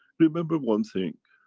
remember one thing.